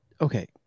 okay